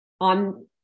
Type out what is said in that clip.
on